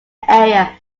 area